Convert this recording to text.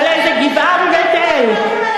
או לאיזה גבעה בבית-אל,